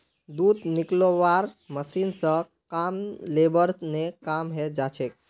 दूध निकलौव्वार मशीन स कम लेबर ने काम हैं जाछेक